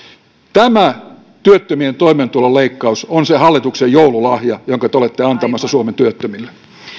tämä työttömien toimeentulon leikkaus on se hallituksen joululahja jonka te olette antamassa suomen työttömille